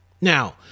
Now